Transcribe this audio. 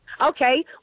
Okay